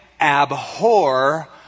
abhor